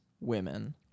women